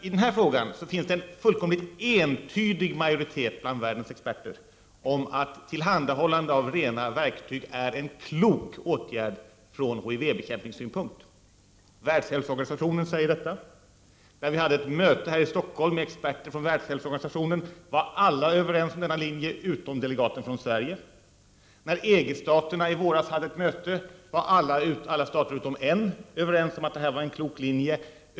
I denna fråga finns en fullständigt entydig majoritet bland världens experter om att tillhandahållande av rena verktyg är en klok åtgärd från HIV bekämpningssynpunkt. Världshälsoorganisationen säger detta. När vi hade ett möte här i Stockholm med experter från Världshälsoorganisationen var alla överens om denna linje, utom delegaten från Sverige. När EG-staterna hade ett möte i våras var alla stater, utom en, överens om att det var en klok linje.